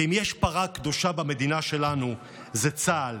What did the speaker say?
אם יש פרה קדושה במדינה שלנו, זה צה"ל.